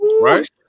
Right